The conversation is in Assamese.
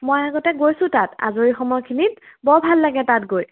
মই আগতে গৈছোঁ তাত আজৰি সময়খিনিত বৰ ভাল লাগে তাত গৈ